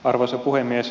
arvoisa puhemies